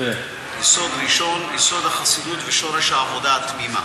יסוד ראשון, יסוד החסידות ושורש העבודה התמימה